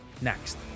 next